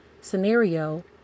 scenario